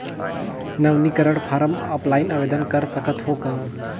नवीनीकरण form offline आवेदन कर सकत हो कौन?